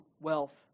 wealth